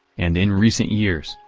and in recent years,